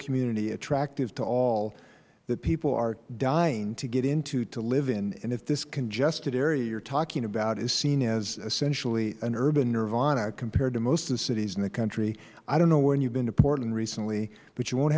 community attractive to all that people are dying to get into to live in if this congested area that you are talking about is seen as essentially an urban nirvana compared to most of the cities in the country i don't know when you have been to portland recently but you won't